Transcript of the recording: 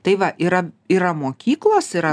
tai va yra yra mokyklos yra